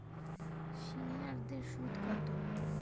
সিনিয়ারদের সুদ কত?